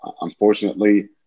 unfortunately